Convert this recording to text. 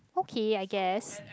okay I guess